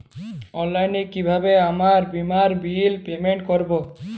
অনলাইনে কিভাবে আমার বীমার বিল পেমেন্ট করবো?